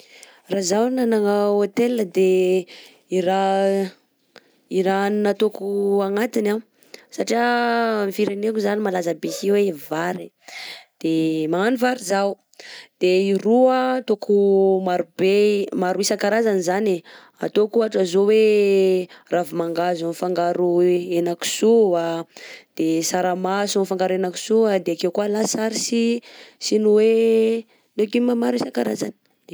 Raha zaho nanagna hôtely de raha i raha hanina ataoko agnatiny a satria amin'ny fireneko zany malaza aby sy hoe vary de magnano vary zaho. De i ro ataoko maro be maro isan-karazany zany e ataoko ohatra zao hoe ravimangahazo mifangaro hena-kisoa ,de tsaramaso mifangaro hena-kisoa, de akeo koà lasary sy sy ny hoe légumes maro isan-karazany.